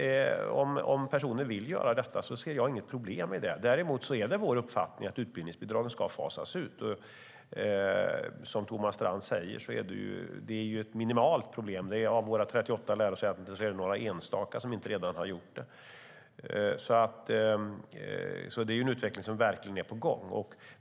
Om personen vill göra detta ser jag inget problem med det. Däremot är det vår uppfattning att utbildningsbidragen ska fasas ut. Som Thomas Strand säger är det ett minimalt problem. Av våra 38 lärosäten är det några enstaka som inte redan har gjort det. Det är en utveckling som verkligen är på gång.